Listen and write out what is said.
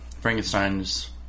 Frankenstein's